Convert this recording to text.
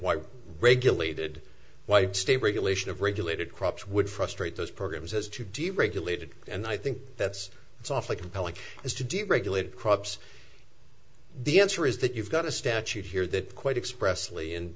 why regulated white state regulation of regulated crops would frustrate those programs as to deregulated and i think that's it's awfully compelling as to deregulate crops the answer is that you've got a statute here that quite express